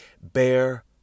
Bear